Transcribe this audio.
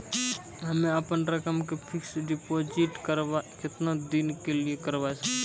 हम्मे अपन रकम के फिक्स्ड डिपोजिट करबऽ केतना दिन के लिए करबऽ?